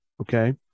okay